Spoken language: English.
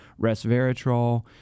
resveratrol